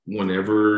Whenever